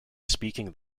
speaking